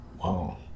Wow